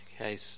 okay